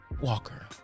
Walker